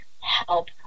help